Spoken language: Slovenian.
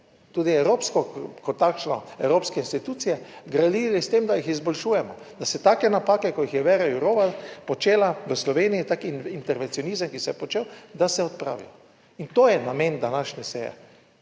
tudi evropsko kot takšno, evropske institucije gradili s tem, da jih izboljšujemo, da se take napake, ki jih je Vera Joureva počela v Sloveniji, tak intervencionizem, ki se je počel, da se odpravi. In to je namen današnje seje.